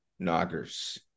Noggers